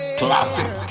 classic